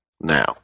Now